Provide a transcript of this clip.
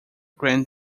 grand